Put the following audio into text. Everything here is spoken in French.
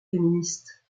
féministes